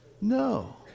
No